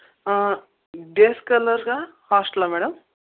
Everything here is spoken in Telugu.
డే స్కాలరా హాస్టలా మేడం